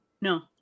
No